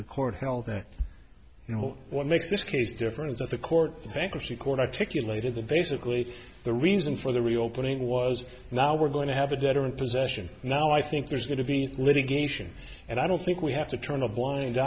the court held that you know what makes this case difference of the court in bankruptcy court articulated the basically the reason for the reopening was now we're going to have a debtor in possession now i think there's going to be litigation and i don't think we have to turn a blind